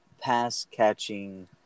pass-catching